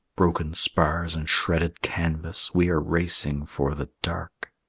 broken spars and shredded canvas, we are racing for the dark.